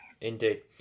Indeed